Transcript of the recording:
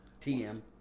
TM